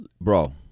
Bro